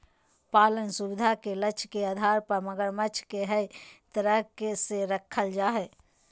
पालन सुविधा के लक्ष्य के आधार पर मगरमच्छ के कई तरह से रखल जा हइ